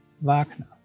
Wagner